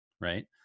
right